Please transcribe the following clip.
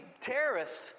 terrorists